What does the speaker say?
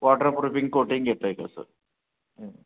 water proofing coating घेतो एक असं